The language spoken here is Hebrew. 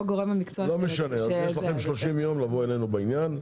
יש לכם 30 יום לבוא אלינו בעניין.